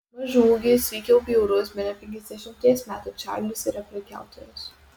mažaūgis veikiau bjaurus bene penkiasdešimties metų čarlis yra prekiautojas